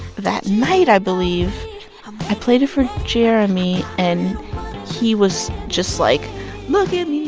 that night i believe i played it for jeremy and he was just like look at